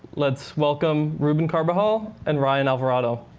let's welcome ruben carbajal and ryan alvarado.